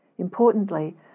Importantly